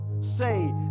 say